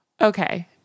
Okay